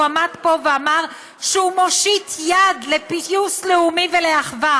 עמד פה ואמר שהוא מושיט יד לפיוס לאומי ולאחווה,